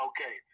Okay